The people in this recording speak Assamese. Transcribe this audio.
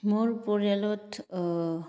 মোৰ পৰিয়ালত